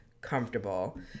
comfortable